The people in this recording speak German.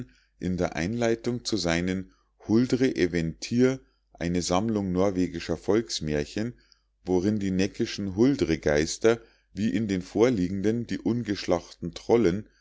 in der einleitung zu seinen huldre eventyr eine sammlung norwegischer volksmährchen worin die neckischen huldregeister wie in den vorliegenden die ungeschlachten trollen